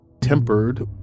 tempered